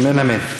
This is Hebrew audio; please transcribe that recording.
אמן, אמן.